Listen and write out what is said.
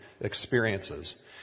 experiences